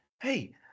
Hey